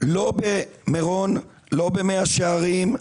לא במירון, לא במאה שערים,